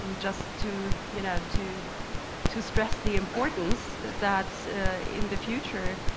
um just to, you know to to stress the importance that in the future,